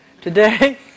today